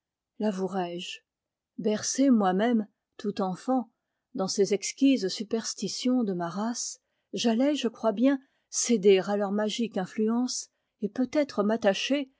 l'avouerai-je bercé moi-même tout enfant dans ces exquises superstitions de ma race j'allais je crois bien céder à leur magique influence et peut-être m'attacher